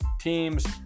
teams